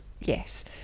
yes